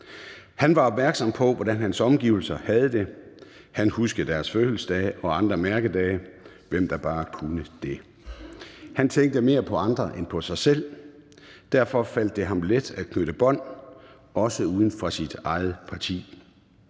Han var opmærksom på, hvordan hans omgivelser havde det. Han huskede deres fødselsdage og andre mærkedage – hvem der bare kunne det – han tænkte mere på andre end på sig selv. Derfor faldt det ham let at knytte bånd, også uden for sit eget parti.